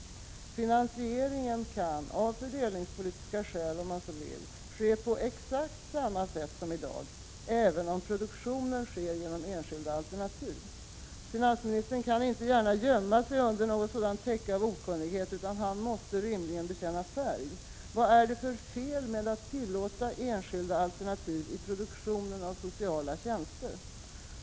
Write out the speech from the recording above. Finansieringen kan av fördelningspolitiska skäl, om man så vill, ske på exakt samma sätt som i dag, även om produktionen sker genom enskilda alternativ. Finansministern kan inte gärna gömma sig under något sådant täcke av okunnighet, utan han måste rimligen bekänna färg. Vad är det för fel med att tillåta enskilda alternativ i produktionen av sociala tjänster?